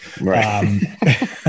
Right